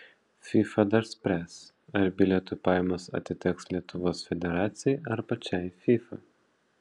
fifa dar spręs ar bilietų pajamos atiteks lietuvos federacijai ar pačiai fifa